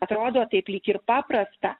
atrodo taip lyg ir paprasta